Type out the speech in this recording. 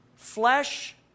Flesh